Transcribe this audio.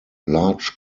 large